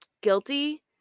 guilty